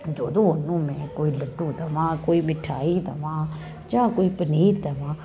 ਜਦੋਂ ਉਹਨੂੰ ਮੈਂ ਕੋਈ ਲੱਡੂ ਦਵਾਂ ਕੋਈ ਮਿਠਾਈ ਦਵਾਂ ਜਾਂ ਕੋਈ ਪਨੀਰ ਦਵਾਂ